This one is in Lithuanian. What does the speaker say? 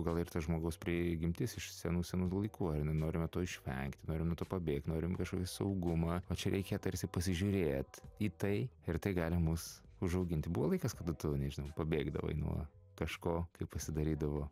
gal ir ta žmogaus prigimtis iš senų senų laikų ar ne norime to išvengt norim nuo to pabėgt norim kažkokį saugumą o čia reikia tarsi pasižiūrėti į tai ir tai gali mus užauginti buvo laikas kada tu nežinau pabėgdavai nuo kažko kai pasidarydavo